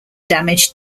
damage